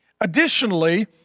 Additionally